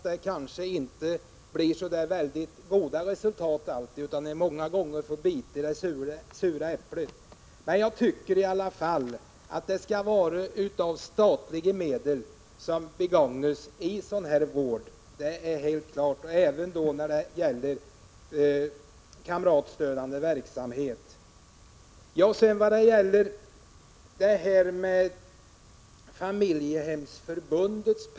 Det kanske inte alltid blir så goda resultat, utan man får många gånger bita i det sura äpplet, men jag tycker trots detta att statliga medel skall användas även i den kamratstödjande verksamheten. Så till frågan om medel till Familjehemmens riksförbund.